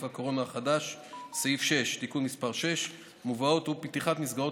הקורונה החדש (תיקון מס' 6) המובאות הוא פתיחת מסגרות